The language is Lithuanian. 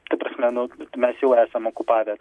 ta prasme nu mes jau esam okupavę